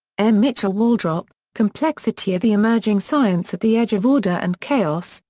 m. mitchell waldrop, complexity the emerging science at the edge of order and chaos,